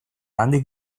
handik